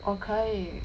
我可以